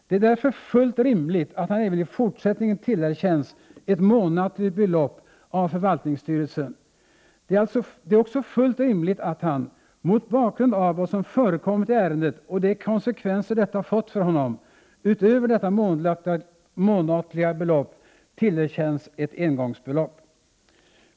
Det är därför fullt rimligt att han även i fortsättningen tillerkänns ett månatligt belopp av förvaltningsstyrelsen. Det är också fullt rimligt att han — mot bakgrund av vad som förekommit i ärendet och de konsekvenser detta fått för honom — utöver detta månatliga belopp tillerkänns ett engångsbelopp.